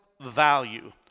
value